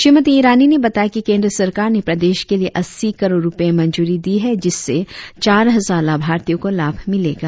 श्रीमती ईरानी ने बताया कि केंद्र सरकार ने प्रदेश के लिए अस्सी करोड़ रुपये मंजूरी दी है जिससे चार हजार लाभार्थियों को लाभ मिलेगा